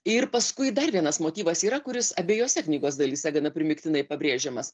ir paskui dar vienas motyvas yra kuris abejose knygos dalyse gana primygtinai pabrėžiamas